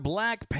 Black